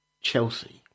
Chelsea